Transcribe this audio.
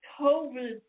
COVID